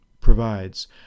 provides